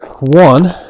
One